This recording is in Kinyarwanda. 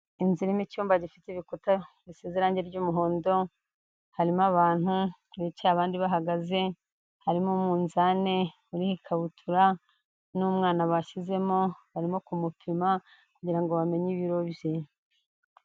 Inzi irimo icyumba gifite ibikuta bisize irangi ry'umuhondo, harimo abantu bicaye abandi bahagaze, harimo umunzani uriho ikabutura n'umwana bashyizemo, barimo kumupima kugira ngo bamenye ibiro bye.